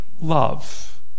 love